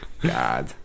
god